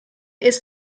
ist